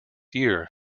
year